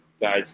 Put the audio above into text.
guys